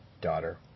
daughter